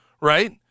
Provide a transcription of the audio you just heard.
right